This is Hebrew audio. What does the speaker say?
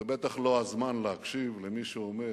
זה בטח לא הזמן להקשיב למי שאומר,